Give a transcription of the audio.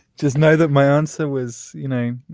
just know that my answer was, you know,